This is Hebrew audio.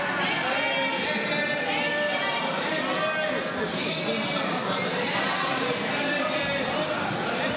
ההצעה להעביר לוועדה את הצעת חוק העונשין (תיקון,